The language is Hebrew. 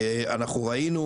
אנחנו ראינו,